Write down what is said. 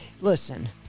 listen